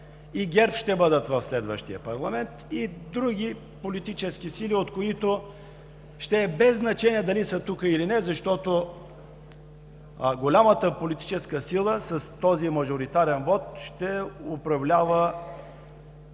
и ГЕРБ ще бъдат в следващия парламент, и други политически сили, от които ще е без значение дали са тук или не, защото голямата политическа сила с този мажоритарен вот ще управлява